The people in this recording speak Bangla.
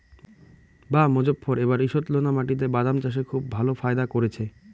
বাঃ মোজফ্ফর এবার ঈষৎলোনা মাটিতে বাদাম চাষে খুব ভালো ফায়দা করেছে